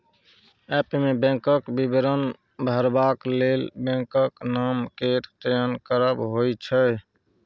app मे बैंकक विवरण भरबाक लेल बैंकक नाम केर चयन करब होइ छै